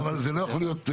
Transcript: אבל זה לא יכול להיות,